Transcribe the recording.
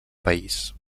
país